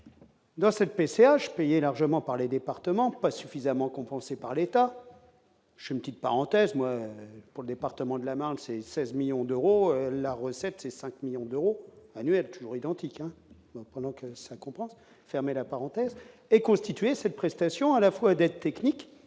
dans cette PCH payer largement par les départements, pas suffisamment compensés par l'État, jeune, petite parenthèse, moi pour le département de la Manche, c'est 16 millions d'euros, la recette, c'est 5 millions d'euros annuels toujours identique, donc ça compense fermer la parenthèse est constitué cette prestation à la fois des techniques